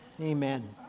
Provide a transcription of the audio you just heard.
amen